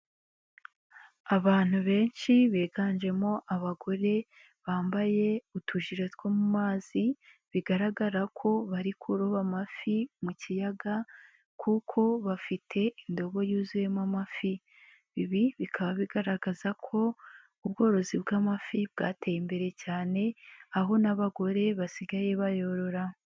Abantu benshi biganjemo abagore bambaye utujire two mu mazi bigaragara ko bari kuroba amafi mu kiyaga kuko bafite indobo yuzuyemo amafi, ibi bikaba bigaragaza ko ubworozi bw'amafi bwateye imbere cyane aho n'abagore basigaye bayorora.